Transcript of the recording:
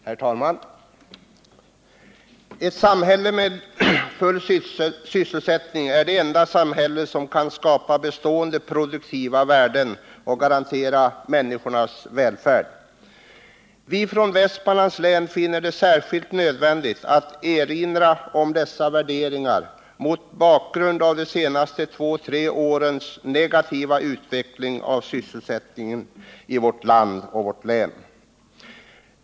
Herr talman! Ett samhälle med full sysselsättning är det enda samhälle som kan skapa bestående produktiva värden och garantera människornas välfärd. Vi från Västmanlands län finner det särskilt nödvändigt att erinra om dessa värderingar mot bakgrund av de senaste två tre årens negativa utveckling av sysselsättningen i vårt land och vårt län.